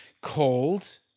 called